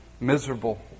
miserable